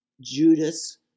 Judas